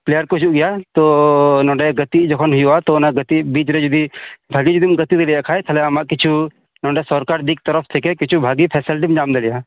player ᱠᱚ ᱦᱤᱡᱩᱜ ᱜᱮᱭᱟ ᱛᱳ ᱱᱚᱰᱮ ᱜᱟᱛᱮᱜ ᱡᱚᱠᱷᱚᱱ ᱦᱩᱭᱩᱜᱼᱟ ᱚᱱᱟ ᱜᱟᱛᱮᱜ ᱵᱤᱡᱨᱮ ᱡᱩᱫᱤ ᱵᱷᱟᱜᱤ ᱡᱩᱫᱤᱢ ᱜᱟᱛᱮ ᱫᱟᱲᱮᱭᱟᱜ ᱠᱷᱟᱡ ᱟᱢᱟᱜ ᱠᱤᱪᱷᱩ ᱱᱚᱰᱮ ᱥᱚᱨᱠᱟᱨ ᱫᱤᱠ ᱛᱚᱨᱚᱯ ᱛᱷᱮᱠᱮ ᱵᱷᱟᱜᱤ ᱯᱷᱮᱥᱮᱞᱤᱴᱤᱢ ᱧᱟᱢ ᱫᱟᱲᱮᱭᱟᱜᱼᱟ